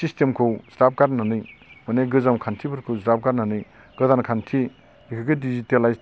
सिसटेमखौ ज्राब गारनानै माने गोजाम खान्थिफोरखौ ज्राब गारनानै गोदान खान्थि बेफोरखौ डिजिटेलाइज